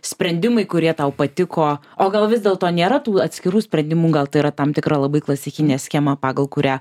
sprendimai kurie tau patiko o gal vis dėlto nėra tų atskirų sprendimų gal tai yra tam tikra labai klasikinė schema pagal kurią